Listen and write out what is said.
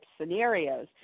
scenarios